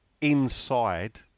inside